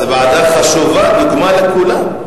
זו ועדה חשובה, דוגמה לכולם.